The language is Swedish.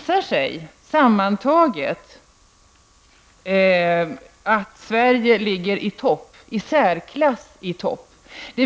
Sammantaget visar det sig att Sverige ligger i särklass i topp.